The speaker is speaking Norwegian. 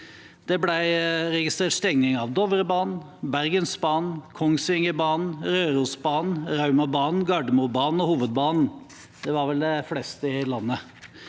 Det ble registrert stenging av Dovrebanen, Bergensbanen, Kongsvingerbanen, Rørosbanen, Raumabanen, Gardermobanen og Hovedbanen – det var vel de fleste i landet,